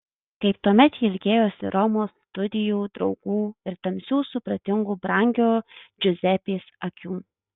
kaip tuomet ji ilgėjosi romos studijų draugų ir tamsių supratingų brangiojo džiuzepės akių